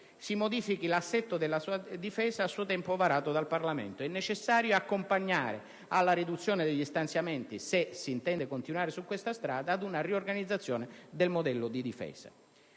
si modifichi l'assetto della Difesa a suo tempo varato dal Parlamento. È necessario accompagnare la riduzione degli stanziamenti, se si intende continuare su questa strada, con una riorganizzazione del modello di difesa,